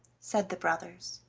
said the brothers.